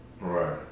right